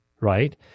Right